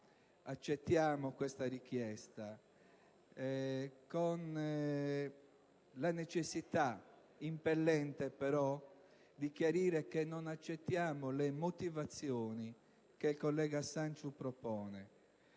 accettiamo questa richiesta, con la necessità impellente, però, di chiarire che non accettiamo le motivazioni che il collega Sanciu propone.